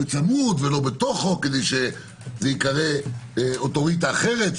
לא בתוכו כדי שזה ייקרא אוטוריטה אחרת,